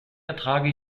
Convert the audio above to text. ertrage